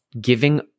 giving